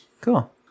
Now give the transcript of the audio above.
Cool